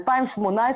2018,